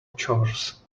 chores